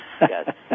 yes